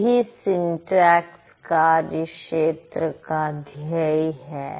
यही सिंटेक्स कार्य क्षेत्र का ध्येय है